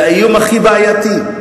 זה האיום הכי בעייתי.